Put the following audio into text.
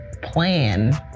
plan